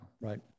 Right